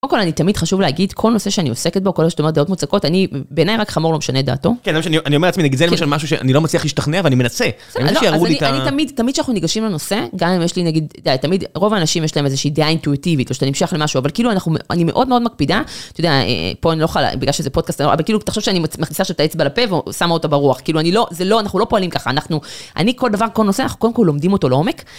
קודם כל אני תמיד חשוב להגיד, כל נושא שאני עוסקת בו, כל מה שאת אומרת דעות מוצקות, אני בעיניי רק חמור, לא משנה דעתו. כן, אני אומר לעצמי, נגיד זה למשל משהו שאני לא מצליח להשתכנע, אבל אני מנסה. בסדר, אני תמיד, תמיד שאנחנו ניגשים לנושא, גם אם יש לי נגיד, תמיד רוב האנשים יש להם איזושהי דעה אינטואיטיבית, ושאתה נמשיך למשהו, אבל כאילו, אני מאוד מאוד מקפידה, אתה יודע, פה אני לא יכולה, בגלל שזה פודקאסט, אבל כאילו, אתה חושב שאני מכניסה שאת האצבע לפה ושמה אותה ברוח, כאילו אני לא, זה לא, אנחנו לא פועלים ככה, אנחנו, אני כל דבר, כל נושא, אנחנו קודם כל לומדים אותו לעומק.